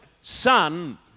son